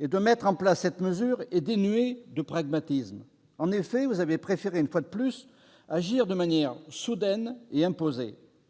et de mettre en place cette mesure est dénuée de pragmatisme : une fois de plus, vous avez préféré agir de manière soudaine et imposer.